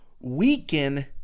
weaken